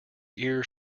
ears